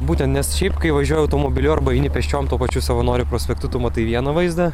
būtent nes šiaip kai važiuoji automobiliu arba eini pėsčiom tuo pačiu savanorių prospektu tu matai vieną vaizdą